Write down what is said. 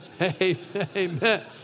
Amen